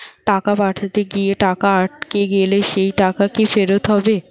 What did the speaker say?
টাকা পাঠাতে গিয়ে টাকা আটকে গেলে সেই টাকা কি ফেরত হবে?